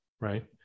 right